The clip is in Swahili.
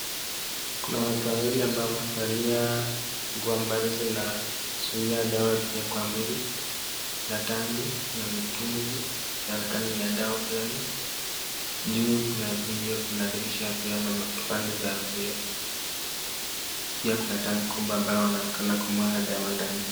Kuna watu wawili ambao wamevalia nguo ambazo zinazuia dawa kuingia kwa mwili na tanki na mitungi inaoanekana ni ya dawa fulani . Juu ni ya vioo kuna dirisha ya vioo ama kipande vya vioo pia kuna tank kubwa ambayo wanaonekana kumwaga dawa ndani.